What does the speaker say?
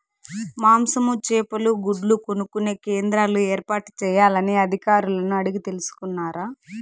మాంసము, చేపలు, గుడ్లు కొనుక్కొనే కేంద్రాలు ఏర్పాటు చేయాలని అధికారులను అడిగి తెలుసుకున్నారా?